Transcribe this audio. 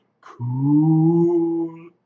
Cool